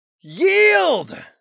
Yield